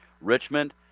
Richmond